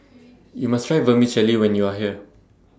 YOU must Try Vermicelli when YOU Are here